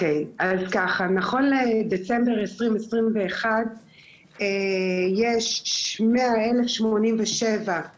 נכון לדצמבר 2021 יש מאה אלף שמונים ושבעה